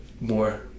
more